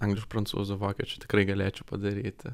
angliš prancūzų vokiečių tikrai galėčiau padaryti